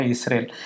Israel